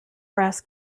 brass